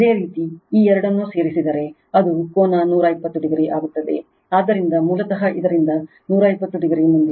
ಇದೇ ರೀತಿ ಈ ಎರಡನ್ನು ಸೇರಿಸಿದರೆ ಅದು ಕೋನ 120 o ಆಗಿರುತ್ತದೆ ಆದ್ದರಿಂದ ಮೂಲತಃ ಇದರಿಂದ 120 o ಮುಂದಿದೆ